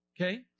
okay